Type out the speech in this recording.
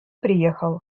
приехал